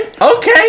okay